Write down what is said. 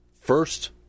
first